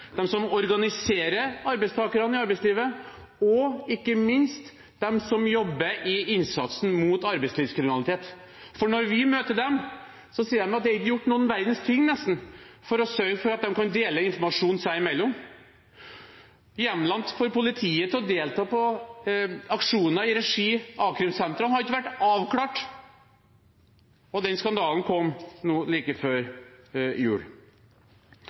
dem som organiserer arbeidstakerne i arbeidslivet, og ikke minst blant dem som jobber i innsatsen mot arbeidslivskriminalitet. For når vi møter dem, sier de at det er nesten ikke gjort noen verdens ting for å sørge for at de kan dele informasjon seg imellom. Hjemlene for politiet til å delta på aksjoner i regi av a-krimsentrene har ikke vært avklart – den skandalen kom like før jul.